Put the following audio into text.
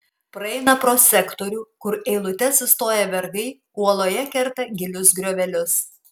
praeina pro sektorių kur eilute sustoję vergai uoloje kerta gilius griovelius